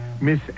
Miss